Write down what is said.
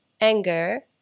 anger